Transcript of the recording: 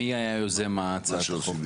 מי היה יוזם הצעת החוק?